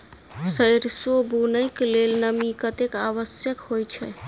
सैरसो बुनय कऽ लेल नमी कतेक आवश्यक होइ छै?